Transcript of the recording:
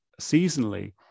seasonally